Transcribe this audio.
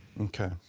Okay